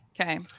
Okay